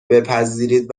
بپذیرید